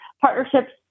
partnerships